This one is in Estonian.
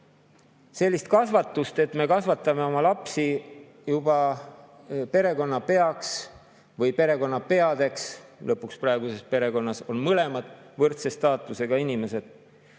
Sellist kasvatust, et me kasvatame oma lapsi juba perekonnapeaks või perekonnapeadeks – praeguses perekonnas on mõlemad lõpuks võrdse staatusega inimesed